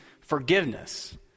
forgiveness